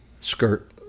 skirt